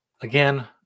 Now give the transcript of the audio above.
Again